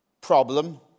problem